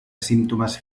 símptomes